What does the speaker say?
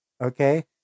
Okay